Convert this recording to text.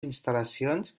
instal·lacions